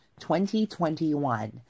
2021